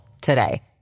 today